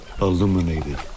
illuminated